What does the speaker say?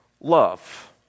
love